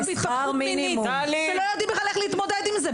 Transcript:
בהתפתחות מינית שלא יודעים בכלל איך להתמודד עם זה?